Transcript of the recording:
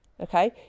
okay